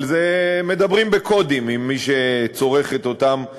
אבל מדברים בקודים אל מי שצורך את אותם שירותים,